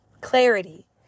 clarity